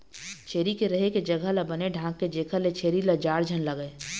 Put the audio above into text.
छेरी के रहें के जघा ल बने ढांक दे जेखर ले छेरी ल जाड़ झन लागय